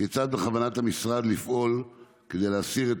כיצד בכוונת המשרד לפעול כדי להסיר את